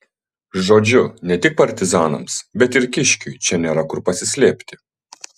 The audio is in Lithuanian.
žodžiu ne tik partizanams bet ir kiškiui čia nėra kur pasislėpti